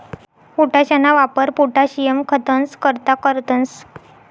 पोटाशना वापर पोटाशियम खतंस करता करतंस